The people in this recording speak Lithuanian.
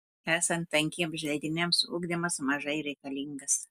esant tankiems želdiniams ugdymas mažai reikalingas